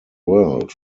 world